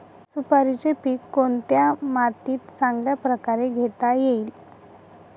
सुपारीचे पीक कोणत्या मातीत चांगल्या प्रकारे घेता येईल?